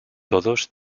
todos